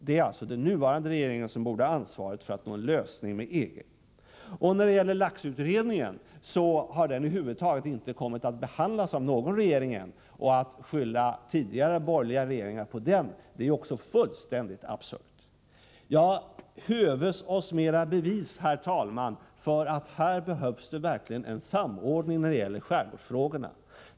Det är alltså den nuvarande regeringen som borde ha ansvaret för att nå en lösning tillsammans med EG. Laxutredningen har över huvud taget inte kommit att behandlas av någon regering än. Att skylla tidigare borgerliga regeringar för det är också fullständigt absurt. Behöver vi flera bevis, herr talman, för att det verkligen krävs en samordning när det gäller skärgårdsfrågorna?